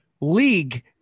league